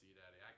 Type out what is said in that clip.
daddy